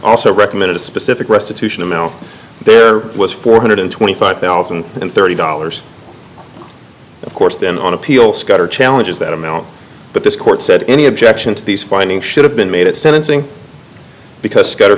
also recommended a specific restitution amount there was four hundred and twenty five thousand and thirty dollars of course then on appeal scudder challenges that amount but this court said any objection to these findings should have been made at sentencing because sc